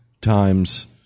times